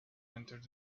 entered